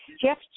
Jeff